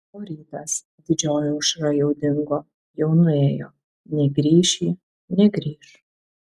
o rytas didžioji aušra jau dingo jau nuėjo negrįš ji negrįš